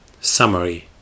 Summary